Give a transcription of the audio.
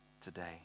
today